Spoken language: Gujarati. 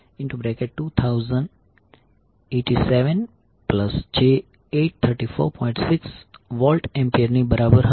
6VA ની બરાબર હશે